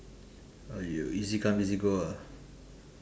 oh you easy come easy go ah